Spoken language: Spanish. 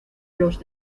los